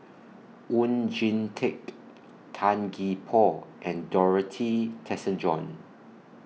Oon Jin Teik Tan Gee Paw and Dorothy Tessensohn